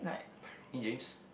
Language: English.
my roomie James